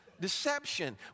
Deception